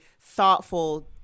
thoughtful